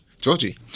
Georgie